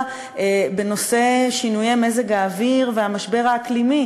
בנושא שינויי מזג האוויר ומשבר האקלים.